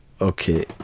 Okay